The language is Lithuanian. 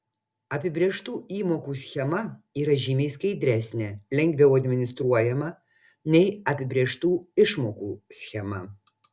apibrėžtų įmokų schema yra žymiai skaidresnė lengviau administruojama nei apibrėžtų išmokų schema